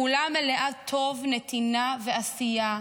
כולה מלאה טוב, נתינה ועשייה,